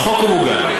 בחוק הוא מוגן,